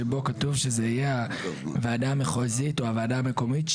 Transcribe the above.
שבו כתוב שזה יהיה הוועדה המחוזית או הוועדה המקומית,